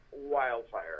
wildfire